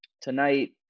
tonight